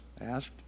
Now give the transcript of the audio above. asked